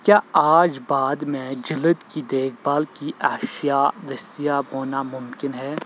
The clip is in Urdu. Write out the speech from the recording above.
کیا آج بعد میں جلد کی دیکھ بھال کی اشیا دستیاب ہونا ممکن ہے